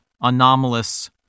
anomalous